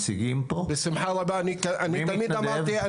אני אקבע דיון לעוד חצי שנה,